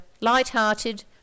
light-hearted